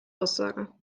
aussage